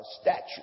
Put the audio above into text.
statute